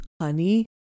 Honey